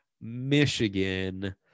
Michigan